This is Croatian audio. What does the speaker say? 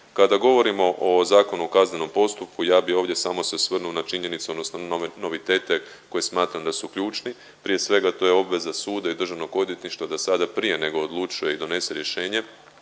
Kada govorimo o Zakonu o kaznenom postupku ja bi ovdje samo se osvrnuo na činjenicu odnosno na novitete koji smatram da su ključni. Prije svega to je obveza suda i Državnog odvjetništva da sada prije nego odlučuje i donese rješenje